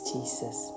Jesus